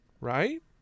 right